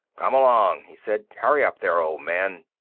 come along! he said. hurry up there, old man.